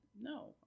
No